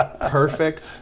perfect